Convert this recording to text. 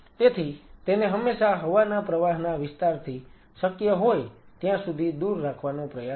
તેથી તેને હંમેશા હવાના પ્રવાહના વિસ્તારથી શક્ય હોય ત્યાં સુધી દૂર રાખવાનો પ્રયાસ કરો